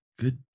good